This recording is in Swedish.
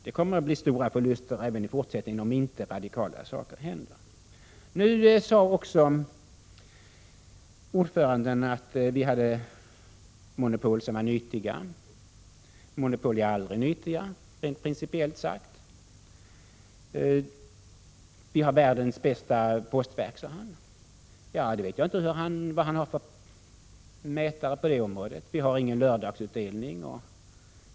Det kommer att bli stora förluster även i framtiden, om inte radikala saker händer. Ordföranden sade också att vi har monopol som är nyttiga. Rent principiellt sagt är monopol aldrig nyttiga. Vi har världens bästa postverk, sade han vidare. Jag vet inte vilken mätare han har på det området. Vi har t.ex. ingen lördagsutdelning.